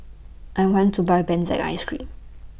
I want to Buy Benzac Ice Cream